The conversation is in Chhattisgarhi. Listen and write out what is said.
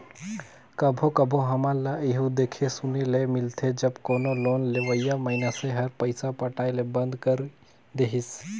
कभों कभों हमन ल एहु देखे सुने ले मिलथे जब कोनो लोन लेहोइया मइनसे हर पइसा पटाए ले बंद कइर देहिस